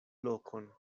lokon